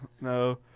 no